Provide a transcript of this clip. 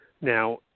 Now